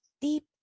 deep